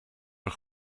een